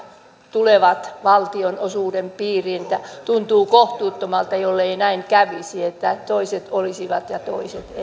tulevat valtionosuuden piiriin tuntuu kohtuuttomalta jollei näin kävisi että toiset olisivat ja toiset